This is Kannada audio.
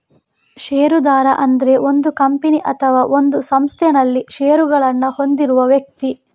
ಷೇರುದಾರ ಅಂದ್ರೆ ಒಂದು ಕಂಪನಿ ಅಥವಾ ಒಂದು ಸಂಸ್ಥೆನಲ್ಲಿ ಷೇರುಗಳನ್ನ ಹೊಂದಿರುವ ವ್ಯಕ್ತಿ